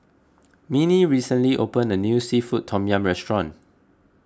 Minnie recently opened a new Seafood Tom Yum restaurant